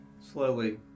slowly